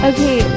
Okay